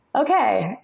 okay